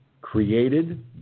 created